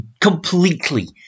completely